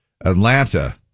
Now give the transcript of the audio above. Atlanta